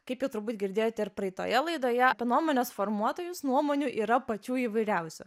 kaip jau turbūt girdėjote ir praeitoje laidoje apie nuomonės formuotojus nuomonių yra pačių įvairiausių